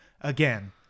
again